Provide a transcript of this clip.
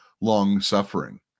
long-suffering